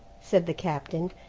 said the captain.